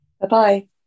Bye-bye